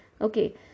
okay